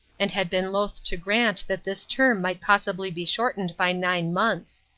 and had been loath to grant that this term might possibly be shortened by nine months.